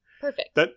Perfect